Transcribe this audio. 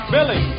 Billy